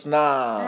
now